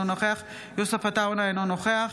אינו נוכח